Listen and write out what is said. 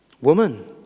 Woman